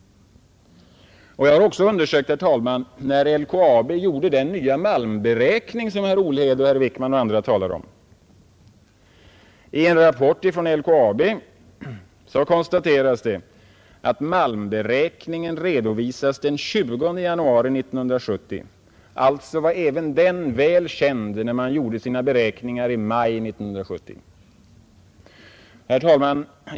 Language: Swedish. Jag har också undersökt, herr talman, när LKAB gjorde den nya malmberäkning som herr Olhede och herr Wickman och andra talar om. I en rapport från LKAB konstateras det att malmberäkningen redovisats den 20 januari 1970. Alltså var även den väl känd när man gjorde sina beräkningar i maj 1970. Herr talman!